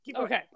Okay